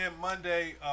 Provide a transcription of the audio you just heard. Monday